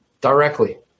directly